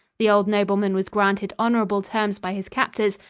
the old nobleman was granted honorable terms by his captors,